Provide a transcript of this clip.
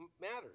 matters